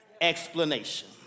explanation